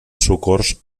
socors